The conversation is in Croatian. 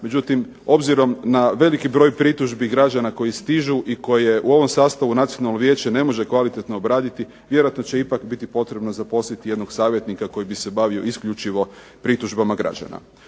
međutim obzirom na veliki broj pritužbi građana koji stižu i koje u ovom sastavu nacionalno vijeće ne može kvalitetno obraditi, vjerojatno će ipak biti potrebno zaposliti jednog savjetnika koji bi se bavio isključivo pritužbama građana.